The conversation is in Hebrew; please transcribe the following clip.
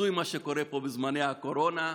הזוי מה שקורה פה בזמני הקורונה.